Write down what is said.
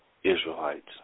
Israelites